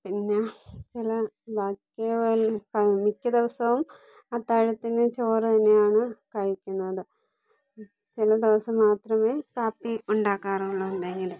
പിന്നെ ചില ബാക്കി വല്ല മിക്ക ദിവസവും അത്താഴത്തിന് ചോറ് തന്നെയാണ് കഴിക്കുന്നത് ചില ദിവസം മാത്രമേ കാപ്പി ഉണ്ടാകാറുള്ളൂ എന്തെങ്കിലും